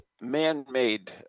man-made